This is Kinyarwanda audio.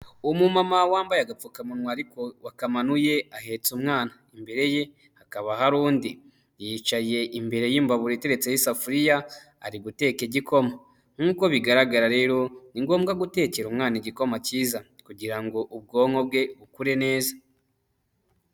Umu mama wambaye agapfukamunwa ariko wakamanuye ahetse umwana, imbere ye hakaba hari undi. Yicaye imbere y'imbabura iteretseho isafuriya ari guteka igikoma, nk’uko bigaragara rero ni ngombwa gutekera umwana igikoma cyiza, kugira ngo ubwonko bwe bukure neza.